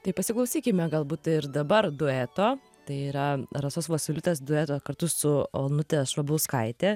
tai pasiklausykime galbūt ir dabar dueto tai yra rasos vosyliūtės dueto kartu su onute švabauskaite